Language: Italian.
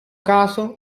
caso